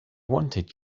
wanted